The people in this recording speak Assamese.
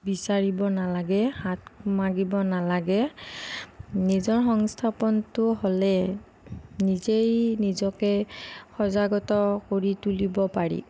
বিচাৰিব নালাগে হাত মাগিব নালাগে নিজৰ সংস্থাপনটো হ'লে নিজেই নিজকে সজাগত কৰি তুলিব পাৰি